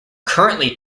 currently